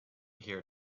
here